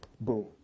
boom